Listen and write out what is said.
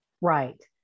Right